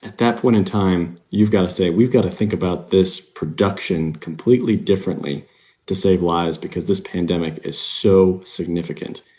that that point in time, you've got to say, we've got to think about this production completely differently to save lives because this pandemic is so significant.